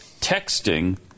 texting